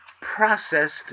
processed